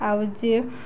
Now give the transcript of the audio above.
ଆଉ ଯେ